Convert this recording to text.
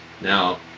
Now